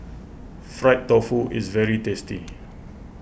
Fried Tofu is very tasty